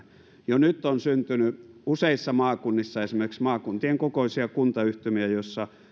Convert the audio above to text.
jo nyt on syntynyt useissa maakunnissa esimerkiksi maakuntien kokoisia kuntayhtymiä joissa